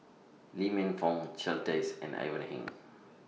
Lee Man Fong Charles Dyce and Ivan Heng